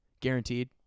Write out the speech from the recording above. guaranteed